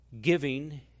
giving